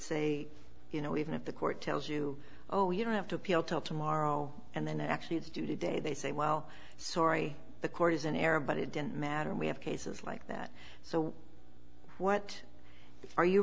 say you know even if the court tells you oh you don't have to appeal tell tomorrow and then actually it's due to day they say well sorry the court is an error but it didn't matter we have cases like that so what are you